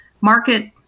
market